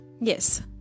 Yes